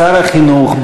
שר החינוך,